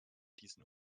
diesen